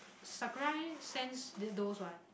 Sakurai sends those what